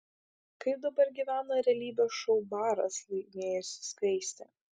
kaip dabar gyvena realybės šou baras laimėjusi skaistė